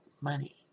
money